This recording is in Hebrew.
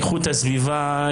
איכות הסביבה,